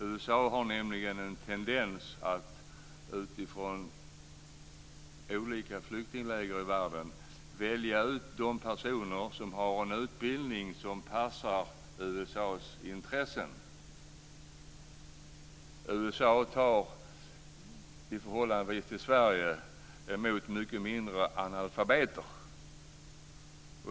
USA har nämligen en tendens att från olika flyktingläger i världen välja ut de personer som har en utbildning som passar USA:s intressen. USA tar i förhållande till Sverige emot ett mycket mindre antal analfabeter.